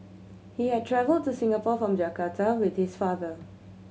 he had travelled to Singapore from Jakarta with his father